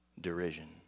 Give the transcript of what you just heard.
derision